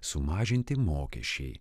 sumažinti mokesčiai